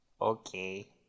Okay